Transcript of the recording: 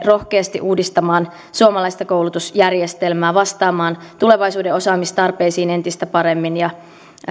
rohkeasti uudistamaan suomalaista koulutusjärjestelmää vastaamaan tulevaisuuden osaamistarpeisiin entistä paremmin ja